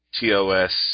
TOS